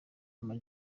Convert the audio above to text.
ama